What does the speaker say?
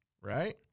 right